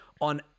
On